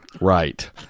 Right